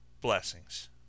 blessings